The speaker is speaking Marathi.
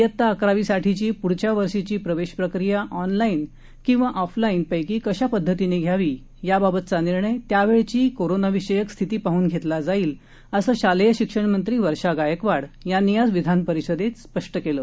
येत्ता अकरावीसाठीची प्रुढच्या वर्षीची प्रवेश प्रक्रीया ऑनलाईन किंवा ऑफलाईन पैकी कशा पद्धतीनं घ्यावी याबाबतचा निर्णय त्यावेळची कोरोनाविषयक स्थिती पाहून घेतला जाईल असं शालेय शिक्षणमंत्री वर्षा गायकवाड यांनी आज विधानपरिषदेत स्पष्ट केलं